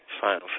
final